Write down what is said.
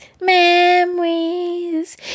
memories